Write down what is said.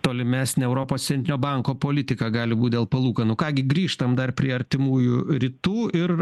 tolimesnę europos centrinio banko politiką gali būti dėl palūkanų ką gi grįžtam dar prie artimųjų rytų ir